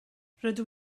rydw